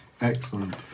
Excellent